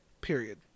Period